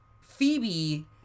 Phoebe